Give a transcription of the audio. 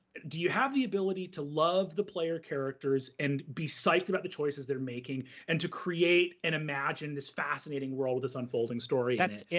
do you have the ability to love the player characters and be psyched about the choices they're making and to create and imagine this fascinating world, this unfolding story. that's it.